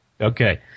Okay